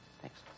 Thanks